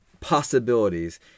possibilities